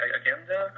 agenda